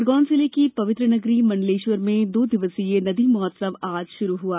खरगोन जिले की पवित्र नगरी मंडलेश्वर में दो दिवसीय नदी महोत्सव आज शुरू होगा